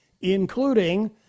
including